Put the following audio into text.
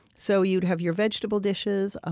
so you'd have your vegetable dishes, ah